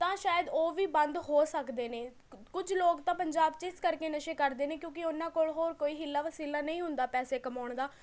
ਤਾਂ ਸ਼ਾਇਦ ਓਹ ਵੀ ਬੰਦ ਹੋ ਸਕਦੇ ਨੇ ਕੁਝ ਲੋਕ ਤਾਂ ਪੰਜਾਬ 'ਚ ਇਸ ਕਰਕੇ ਨਸ਼ੇ ਕਰਦੇ ਨੇ ਕਿਉਂਕਿ ਓਹਨਾਂ ਕੋਲ ਹੋਰ ਕੋਈ ਹਿੱਲਾ ਵਸੀਲਾ ਨਹੀਂ ਹੁੰਦਾ ਪੈਸੇ ਕਮਾਉਣ ਦਾ